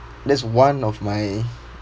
that's one of my